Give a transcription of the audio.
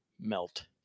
melt